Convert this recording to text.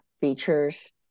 features